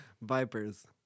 Vipers